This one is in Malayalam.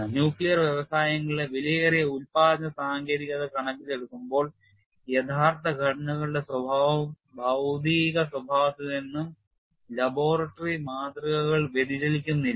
ന്യൂക്ലിയർ വ്യവസായങ്ങളിലെ വിലയേറിയ ഉൽപാദന സാങ്കേതികത കണക്കിലെടുക്കുമ്പോൾ യഥാർത്ഥ ഘടനകളുടെ സ്വഭാവം ഭൌതിക സ്വഭാവത്തിൽ നിന്ന് ലബോറട്ടറി മാതൃകകൾ വ്യതിചലിക്കുന്നില്ല